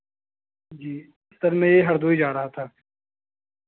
जी sir मैं ये हरदोई जा रहा था